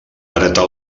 heretar